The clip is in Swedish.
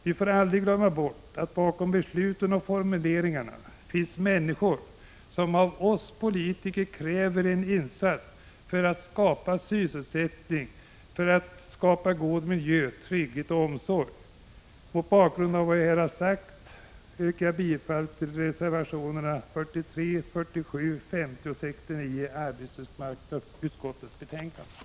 Vi får aldrig glömma bort att bakom besluten och formuleringarna finns människor som av oss politiker kräver en insats för att skapa sysselsättning, god miljö, trygghet och omsorg. Mot bakgrund av vad jag här sagt yrkar jag bifall till reservationerna nr 43, 47, 50 och 69 i arbetsmarknadsutskottets betänkande.